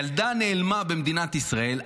ילדה נעלמה במדינת ישראל.